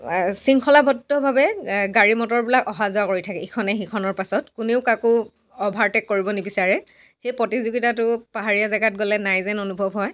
শৃংখলাবদ্ধভাৱে গাড়ী মটৰবিলাক অহা যোৱা কৰি থাকে ইখনে সিখনৰ পাছত কোনেও কাকো অভাৰটেক কৰিব নিবিচাৰে সেই প্ৰতিযোগিতাটো পাহাৰীয়া জেগাত গ'লে নাই যেন অনুভৱ হয়